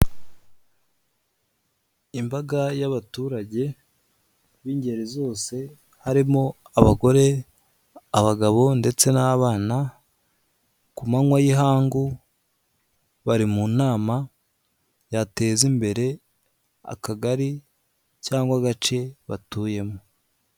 Imbaga y'abaturage b'ingeri zose harimo abagore, abagabo, ndetse n'abana ,ku manywa y'ihangu bari mu nama yateza imbere akagari cyangwa agace batuyemo.